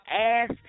ass